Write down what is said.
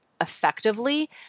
effectively